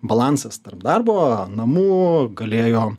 balansas tarp darbo namų galėjo